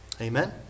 Amen